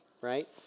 right